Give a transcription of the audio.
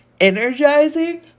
energizing